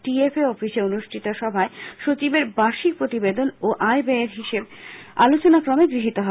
TFA অফিসে অনুষ্ঠিত সভায় সচিবের বার্ষিক প্রতিবেদন ও আয় ব্যয়ের হিসেব আলোচনাক্রমে গৃহীত হয়